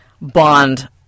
bond